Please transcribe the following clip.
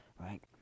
Right